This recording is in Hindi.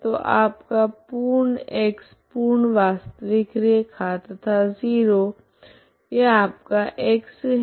तो आपका पूर्ण x पूर्ण वास्तविक रैखा तथा 0 यह आपका x है